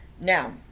Now